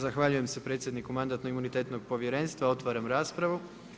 Zahvaljujem se predsjedniku Mandatno-imunitetnom povjerenstva, opravljam raspravu.